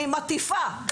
אני מטיפה,